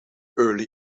early